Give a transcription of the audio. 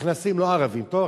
נכנסים לא ערבים, טוב?